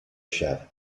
shop